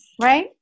Right